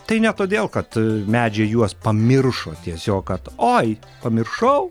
tai ne todėl kad medžiai juos pamiršo tiesiog kad oi pamiršau